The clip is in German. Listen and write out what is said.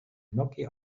gnocchi